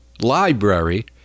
library